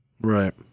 Right